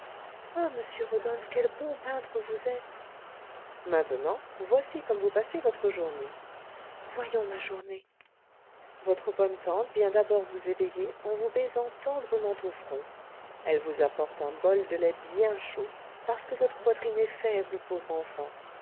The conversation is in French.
ah monsieur rodolphe quel bon peintre vous êtes maintenant voici comme vous passez votre journée voyons ma journée votre bonne tante vient d'abord vous éveiller en vous baisant tendrement au front elle vous apporte un bol de lait bien chaud parce que votre poitrine est faible pauvre enfant